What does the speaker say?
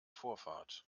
vorfahrt